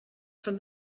from